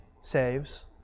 saves